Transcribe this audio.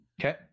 Okay